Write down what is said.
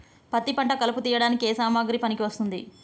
పత్తి పంట కలుపు తీయడానికి ఏ సామాగ్రి పనికి వస్తుంది?